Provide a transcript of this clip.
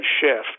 shift